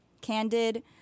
Candid